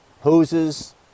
hoses